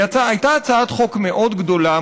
היא הייתה הצעת חוק מאוד גדולה,